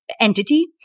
Entity